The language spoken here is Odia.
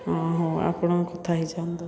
ହଁ ହଉ ଆପଣ କଥା ହେଇଯାଆନ୍ତୁ